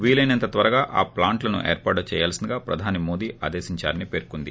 వీలైనంత త్వరగా ఆ ప్లాంట్లను ఏర్పాటు చేయాల్పిందిగా ప్రధాని మోడీ ఆదేశించారని పేర్కొంది